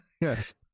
yes